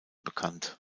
bekannt